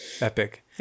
Epic